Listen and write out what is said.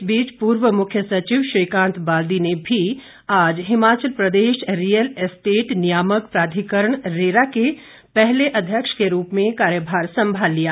इस बीच पूर्व मुख्य सचिव श्रीकांत बाल्दी ने भी आज हिमाचल प्रदेश रीयल एस्टेट नियामक प्राधिकरण रेरा के पहले अध्यक्ष के रूप में कार्यभार संभाल लिया